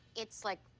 it's, like,